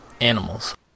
animals